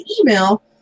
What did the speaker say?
email